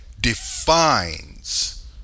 defines